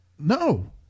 No